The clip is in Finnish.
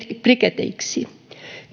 briketeiksi